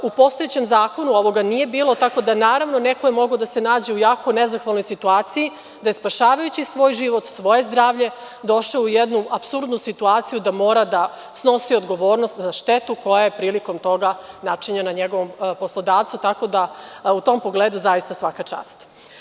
U postojećem zakonu ovoga nije bilo, tako da, naravno, neko je mogao da se nađe u jako nezahvalnoj situaciji, da je spašavajući svoj život, svoje zdravlje, došao u jednu apsurdnu situaciju da mora da snosi odgovornost za štetu koja je prilikom toga načinjena njegovom poslodavcu, tako da u tom pogledu zaista svaka čast.